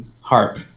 harp